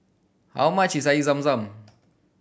how much is Air Zam Zam